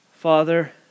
Father